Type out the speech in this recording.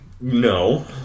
No